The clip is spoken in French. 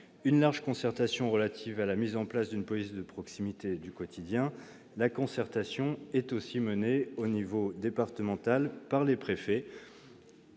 une large concertation relative à la mise en place d'une police de proximité du quotidien. La concertation est aussi menée à l'échelon départemental par les préfets,